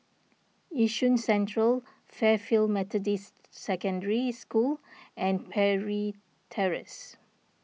Yishun Central Fairfield Methodist Secondary School and Parry Terrace